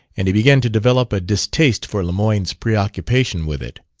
and he began to develop a distaste for lemoyne's preoccupation with it.